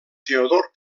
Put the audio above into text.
teodor